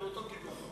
אבל באותו כיוון.